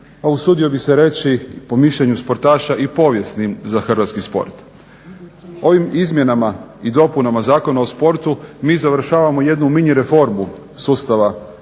a usudio bih se reći po mišljenju sportaša i povijesnim za hrvatski sport. Ovim izmjenama i dopunama Zakona o sportu mi završavamo jednu mini reformu sustava hrvatskog